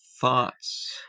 thoughts